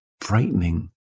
frightening